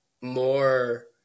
more